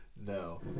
no